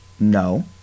No